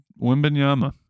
Wimbenyama